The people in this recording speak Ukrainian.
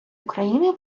україни